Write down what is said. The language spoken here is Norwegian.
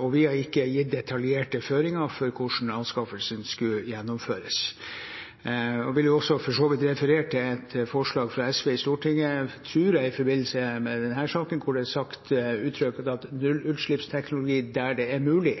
og vi har ikke gitt detaljerte føringer for hvordan anskaffelsen skulle gjennomføres. Jeg vil også, for så vidt, referere til et forslag fra SV i Stortinget, som jeg tror kom i forbindelse med denne saken, der det er uttrykt «nullutslippsteknologi der det er mulig».